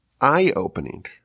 eye-opening